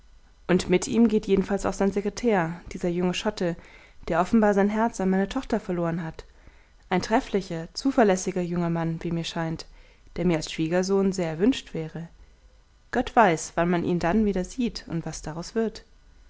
und mit ihm geht jedenfalls auch sein sekretär dieser junge schotte der offenbar sein herz an meine tochter verloren hat ein trefflicher zuverlässiger junger mann wie mir scheint der mir als schwiegersohn sehr erwünscht wäre gott weiß wann man ihn dann wieder sieht und was daraus wird